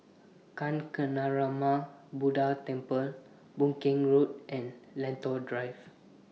Kancanarama Buddha Temple Boon Keng Road and Lentor Drive